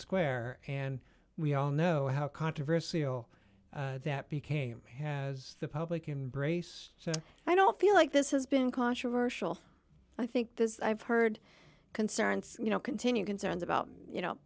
square and we all know how controversy zero that became has the public embrace so i don't feel like this has been controversial i think this i've heard concerns you know continue concerns about you know